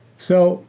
so